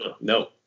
no